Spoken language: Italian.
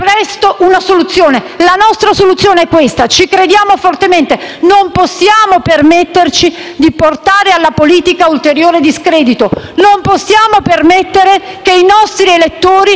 presto una soluzione. La nostra soluzione è questa, ci crediamo fortemente, non possiamo permetterci di portare alla politica ulteriore discredito. Non possiamo permettere che i nostri elettori